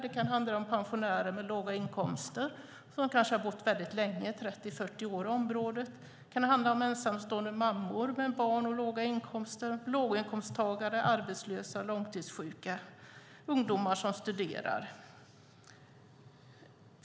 Det kan handla om pensionärer med låga inkomster, som kan ha bott länge, 30-40 år, i området. Det kan handla om ensamstående mammor med barn och låga inkomster. Det kan vara låginkomsttagare, arbetslösa, långtidssjuka och ungdomar som studerar.